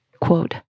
quote